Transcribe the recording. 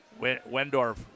Wendorf